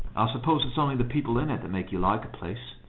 suppose it's only the people in it that make you like a place,